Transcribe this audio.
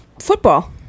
football